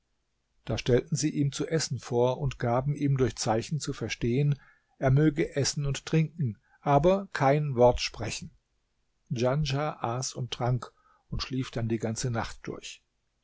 da stellten sie ihm zu essen vor und gaben ihm durch zeichen zu verstehen er möge essen und trinken aber kein wort sprechen djanschah aß und trank und schlief dann die ganze nacht durch